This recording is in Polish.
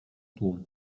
tłum